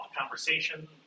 conversation